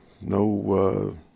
No